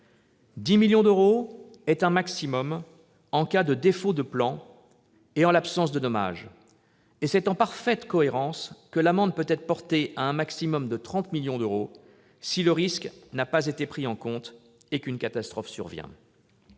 10 millions d'euros est un montant maximum en cas de défaut de plan et en l'absence de dommage. Il est donc parfaitement cohérent qu'elle puisse être portée à un maximum de 30 millions d'euros si le risque n'a pas été pris en compte et qu'une catastrophe survient.